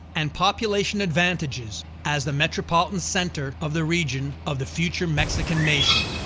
and population advantages, as the metropolitan center of the region of the future mexican nation.